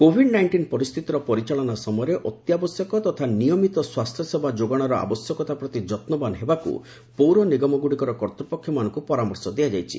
Covid nineteen ପରିସ୍ଥିତିର ପରିଚାଳନା ସମୟରେ ଅତ୍ୟାବଶ୍ୟକ ତଥା ନିୟମିତ ସ୍ୱାସ୍ଥ୍ୟସେବା ଯୋଗାଣର ଆବଶ୍ୟକତା ପ୍ରତି ଯନ୍ନବାନ ହେବାକୁ ପୌର ନିଗମଗୁଡ଼ିକର କର୍ତ୍ତୃପକ୍ଷମାନଙ୍କୁ ପରାମର୍ଶ ଦିଆଯାଇଛି